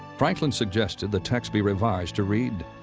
franklin suggested the text be revised to read